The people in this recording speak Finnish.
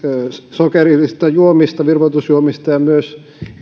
sokerillisista juomista virvoitusjuomista ja myös